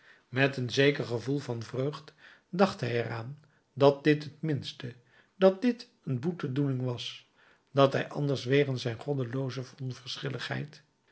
met een zeker gevoel van vreugd dacht hij er aan dat dit het minste dat dit een boetedoening was dat hij anders wegens zijn goddelooze onverschilligheid